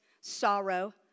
sorrow